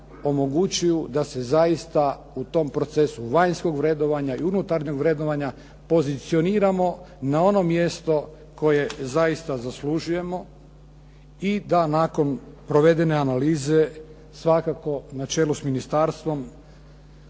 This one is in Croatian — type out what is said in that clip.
omogućuju da se zaista u tom procesu vanjskog vrednovanja i unutarnjeg vrednovanja pozicioniramo na ono mjesto koje zaista zaslužujemo i da nakon provedene analize svakako na čelu s ministarstvom